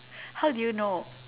how do you know